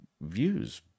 views